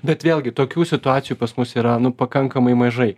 bet vėlgi tokių situacijų pas mus yra nu pakankamai mažai